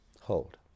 Hold